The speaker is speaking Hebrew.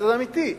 אמיתי,